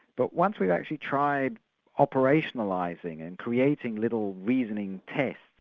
but once we've actually tried operationalising and creating little reasoning tests,